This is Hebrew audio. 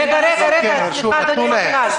לא מקבל.